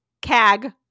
CAG